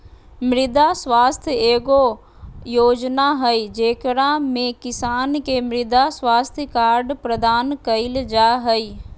मृदा स्वास्थ्य एगो योजना हइ, जेकरा में किसान के मृदा स्वास्थ्य कार्ड प्रदान कइल जा हइ